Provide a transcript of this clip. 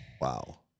Wow